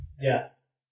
Yes